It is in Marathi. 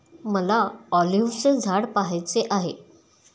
मला ऑलिव्हचे झाड पहायचे आहे